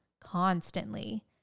constantly